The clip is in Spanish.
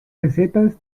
recetas